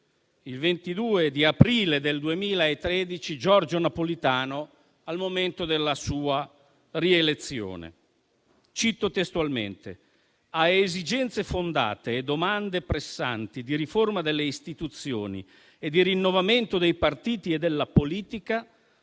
il 22 aprile 2013 Giorgio Napolitano, al momento della sua rielezione, che cito testualmente: «a esigenze fondate e domande pressanti di riforma delle istituzioni e di rinnovamento della politica